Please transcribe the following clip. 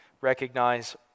recognize